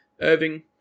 Irving